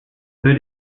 für